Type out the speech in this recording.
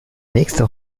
nächste